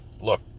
Look